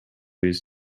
his